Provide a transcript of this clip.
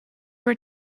were